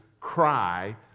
cry